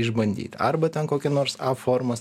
išbandyt arba ten kokė nors a formos